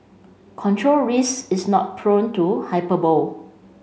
control risks is not prone to hyperbole